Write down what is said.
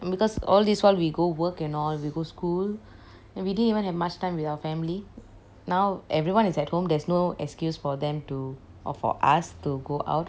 because all this while we go work and all we go school and we didn't even have much time with our family now everyone is at home there's no excuse for them to or for us to go out